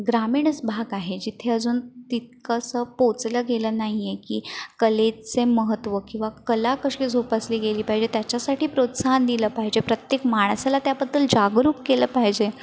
ग्रामीणच भाग आहे जिथं अजून तितकंसं पोहोचलं गेलं नाही आहे की कलेचे महत्व किवा कला कशी जोपासली गेली पाहिजे त्याच्यासाठी प्रोत्साहन दिलं पाहिजे प्रत्येक माणसाला त्याबद्दल जागरूक केलं पाहिजे